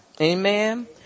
amen